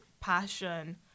passion